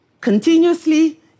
continuously